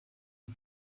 the